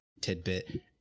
tidbit